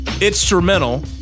Instrumental